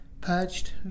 purged